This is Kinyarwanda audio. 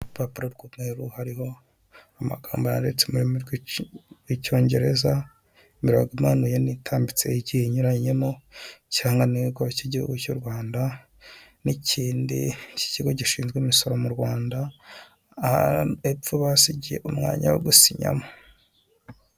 Urupapuro rw'umweru, hariho amagambo yanditse mu rurimi rw'icyongereza, imirongo imananuye n'itambitse igiye inyuranyemo, ikirangantego cy'igihugu cy'u Rwanda n'ikindi cy'ikigo gishinzwe imisoro mu Rwanda, hepfo bahasigiye umwanya wo gusinyamo.